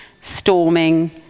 storming